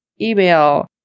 email